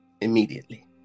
immediately